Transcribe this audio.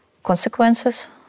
consequences